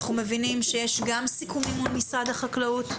אנחנו מבינים שיש גם סיכומים מול משרד החקלאות,